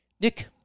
Nick